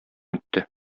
итте